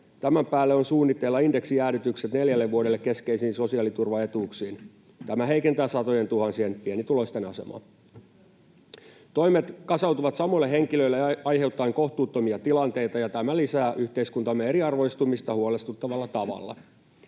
Tämän päälle on suunnitteilla indeksijäädytykset neljälle vuodelle keskeisiin sosiaaliturvaetuuksiin. Tämä heikentää satojentuhansien pienituloisten asemaa. Toimet kasautuvat samoille henkilöille aiheuttaen kohtuuttomia tilanteita, ja tämä lisää yhteiskuntamme eriarvoistumista huolestuttavalla tavalla.